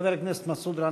חבר הכנסת מסעוד גנאים,